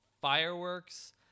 fireworks